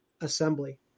assembly